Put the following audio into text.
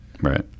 right